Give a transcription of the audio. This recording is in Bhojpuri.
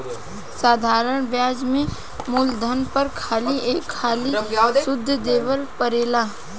साधारण ब्याज में मूलधन पर खाली एक हाली सुध देवे परेला